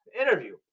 interview